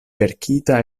verkita